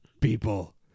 people